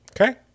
okay